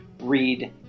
read